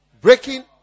breaking